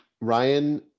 Ryan